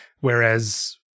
Whereas